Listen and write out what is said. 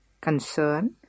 concern